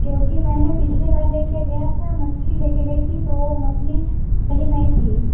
क्योंकि मैंने पिछली बार ले कर गया था मछली ले कर गई थी तो वो मछली सही नहीं थी